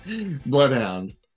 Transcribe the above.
Bloodhound